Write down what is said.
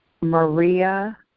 Maria